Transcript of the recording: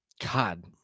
God